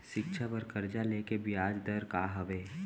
शिक्षा बर कर्जा ले के बियाज दर का हवे?